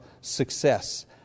success